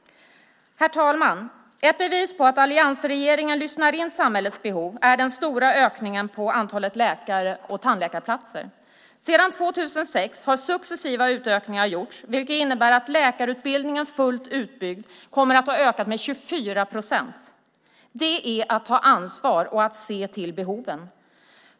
Herr talman! Ett bevis på att alliansregeringen lyssnar in samhällets behov är den stora ökningen av antalet läkar och tandläkarplatser. Sedan 2006 har successiva utökningar gjorts, vilket innebär att läkarutbildningen fullt utbyggd kommer att ha ökat med 24 procent. Det är att ta ansvar och att se till behoven.